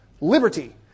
liberty